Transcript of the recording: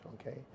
okay